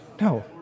No